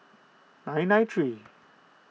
nine nine three